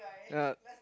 yeah